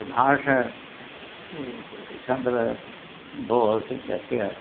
सुभाषचन्द्रबोसः इत्यस्य